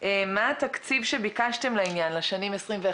מה התקציב שביקשתם לעניין לשנים 2021,